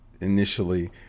initially